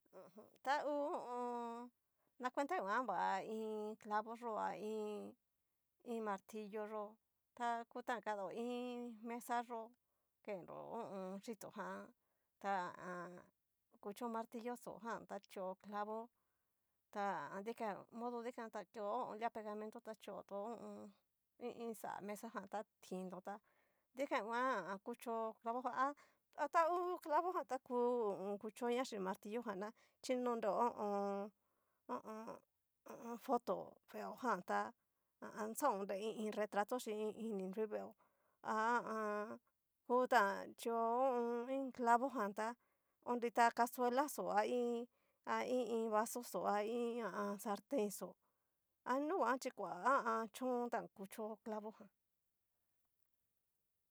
Aja ka hu ho o on. na centa guan va iin clavo yó a iin iin martillo yo'o ta kutan kadao iin mesa yo'o, kenro ho o on xhitón jan ta ha a an kucho martillo xó jan ta chio clavo ta ha a an dikan modo dikan, ta keo lia pegamento, ta choto ho o on. i iin xa mesa jan ta tinto tá dikuan ngua kucho clavo jan ha atahu clavo jan ta ku kuchoña xin martillo jan na chinoreo ho o on. ho o on, ho o on foto veojan tá ha a an xa onre i iin retrato xhi i iin ni nrui veo, ha a an kuta chio ho o on. iin clavo jan tá onrita casuela xó a iin, a i iin vaso xó a iin ha a an salten xó a nuguan xhí koa ha a an chón tán kucho clavo jan.